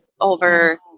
over